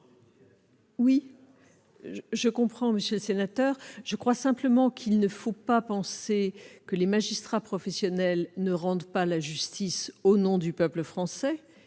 ! Je comprends, monsieur le sénateur, mais il ne faut pas penser que les magistrats professionnels ne rendent pas la justice au nom du peuple français.